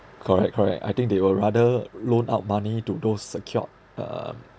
correct correct I think they will rather loan out money to those secured um